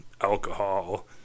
alcohol